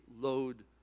load